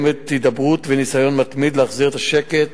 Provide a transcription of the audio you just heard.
יש תמיד הידברות וניסיון להחזיר את השקט